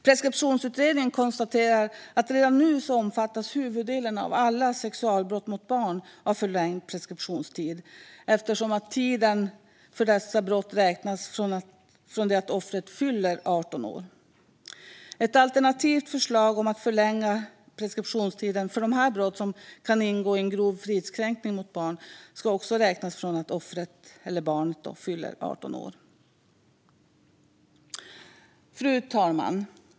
Preskriptionsutredningen konstaterar att huvuddelen av alla sexualbrott mot barn redan nu omfattas av förlängd preskriptionstid eftersom tiden för dessa brott räknas från det att offret fyller 18 år. När det gäller ett alternativt förslag om att förlänga preskriptionstiden för de brott som kan ingå i en grov fridskränkning mot barn ska tiden också räknas från det att offret, barnet, fyller 18 år. Fru talman!